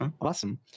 awesome